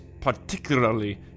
particularly